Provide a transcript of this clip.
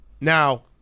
Now